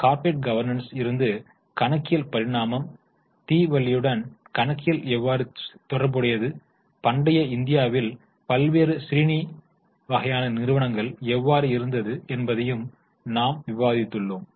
corporate governance இருந்து கணக்கியல் பரிணாமம் தீவலியுடன் கணக்கியல் எவ்வாறு தொடர்புடையது பண்டைய இந்தியாவில் பல்வேறு ஷ்ரேனி வகையான நிறுவனங்கள் எவ்வாறு இருந்தது என்பதையும் நாம் விவாதித்துள்ளோம்